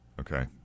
Okay